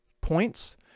points